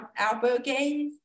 albergues